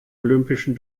olympischen